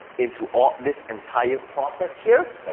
into ah this entire process here,